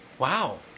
Wow